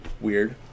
Weird